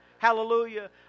Hallelujah